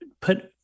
put